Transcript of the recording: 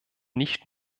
nicht